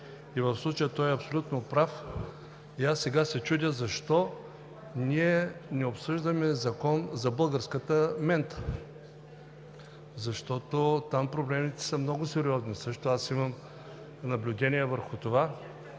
В случая той е абсолютно прав! Аз сега се чудя защо ние не обсъждаме закон за българската мента?! Там проблемите също са много сериозни. Аз имам наблюдения върху това.